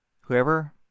Whoever